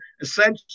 essentially